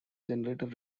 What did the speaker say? generator